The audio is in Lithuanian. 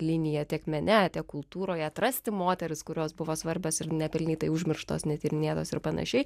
linija tiek mene tiek kultūroje atrasti moteris kurios buvo svarbios ir nepelnytai užmirštos netyrinėtos ir panašiai